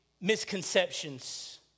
misconceptions